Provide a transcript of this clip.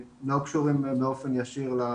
הארוחה לא נועדה לפי מה שאני מבינה מהחוק להשביע ילד